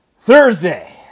Thursday